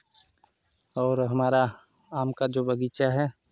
और हमारा आम का जो बगीचा है